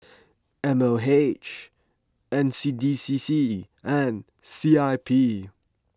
M O H N C D C C and C I P